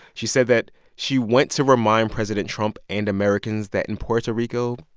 she said that she went to remind president trump and americans that in puerto rico,